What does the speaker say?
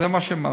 זה מה שאמרתי.